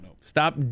Stop